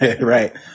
right